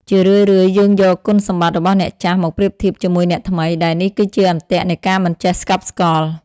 ជារឿយៗ យើងយកគុណសម្បត្តិរបស់អ្នកចាស់មកប្រៀបធៀបជាមួយអ្នកថ្មី ដែលនេះគឺជាអន្ទាក់នៃការមិនចេះស្កប់ស្កល់។